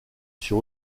sur